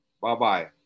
Bye-bye